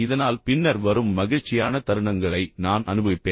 இதனால் பின்னர் வரும் மகிழ்ச்சியான தருணங்களை நான் அனுபவிப்பேன்